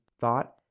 thought